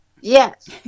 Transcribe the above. yes